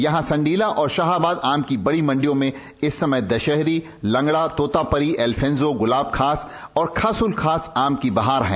यहाँ संडीला और शाहाबाद आम की बड़ी मंडियों में इस समय दशहरीलगड़ा तोता परी एलफेंजो गुलाबखास और खासुलखस आम की बहार है